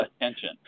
attention